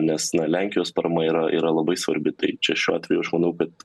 nes na lenkijos parama yra yra labai svarbi tai čia šiuo atveju aš manau kad